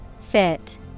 Fit